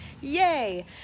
yay